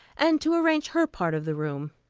and to arrange her part of the room.